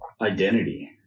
identity